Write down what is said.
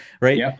Right